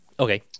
Okay